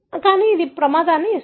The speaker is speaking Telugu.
కాబట్టి అది ప్రమాదాన్ని ఇస్తుంది